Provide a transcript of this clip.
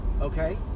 Okay